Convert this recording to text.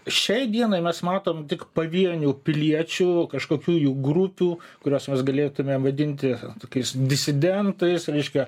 šiai dienai mes matom tik pavienių piliečių kažkokių jų grupių kurias mes galėtume vadinti tokiais disidentais reiškia